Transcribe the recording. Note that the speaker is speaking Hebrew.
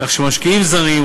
כך שמשקיעים זרים,